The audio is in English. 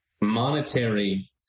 monetary